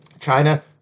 China